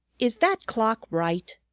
is that clock right?